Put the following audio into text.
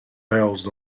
housed